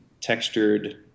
textured